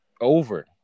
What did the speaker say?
over